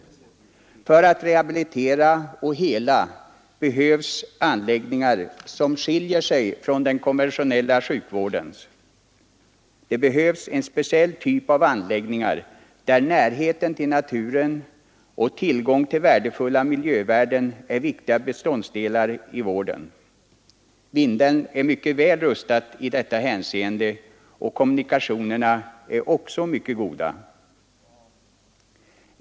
För att rehabilitera och hela behövs anläggningar som skiljer sig från den konventionella sjukvårdens. Det behövs en speciell typ av anläggningar, där närheten till naturen och tillgång till värdefull miljö är viktiga beståndsdelar i vården. Vindeln är mycket väl rustat i detta hänseende, och kommunikationerna är mycket goda.